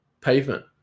pavement